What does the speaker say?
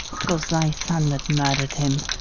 twas thy son that murder'd him.